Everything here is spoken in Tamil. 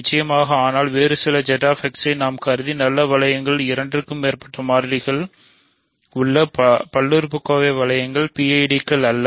நிச்சயமாக ஆனால் வேறு சில Z X என நாம் கருதிய நல்ல வளையங்கள் இரண்டுக்கும் மேற்பட்ட மாறிகளில் உள்ள பல்லுறுப்புறுப்பு வளையங்கள் PID கள் அல்ல